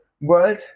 World